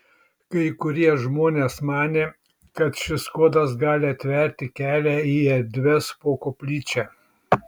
kai kurie žmonės manė kad šis kodas gali atverti kelią į erdves po koplyčia